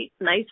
Nice